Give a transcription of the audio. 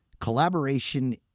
collaboration